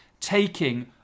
taking